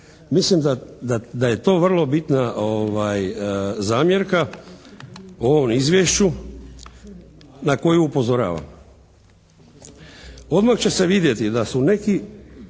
Mislim da je to vrlo bitna zamjerka ovom Izvješću na koju upozoravam. Odmah će se vidjeti da su neki